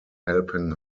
helping